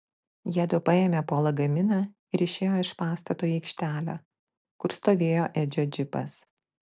jiedu paėmė po lagaminą ir išėjo iš pastato į aikštelę kur stovėjo edžio džipas